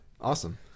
awesome